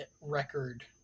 record